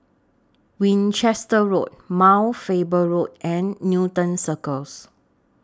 Winchester Road Mount Faber Road and Newton Circus